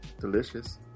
delicious